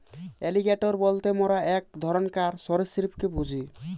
alligator বলতে মোরা এক ধরণকার সরীসৃপকে বুঝি